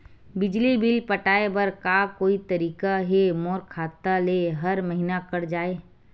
बिजली बिल पटाय बर का कोई तरीका हे मोर खाता ले हर महीना कट जाय?